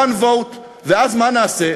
one vote" ואז מה נעשה?